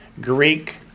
Greek